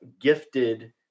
gifted